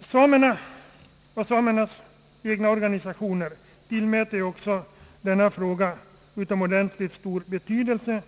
Samerna och samernas egna organisationer tillmäter ju också denna fråga utomordentligt stor betydelse.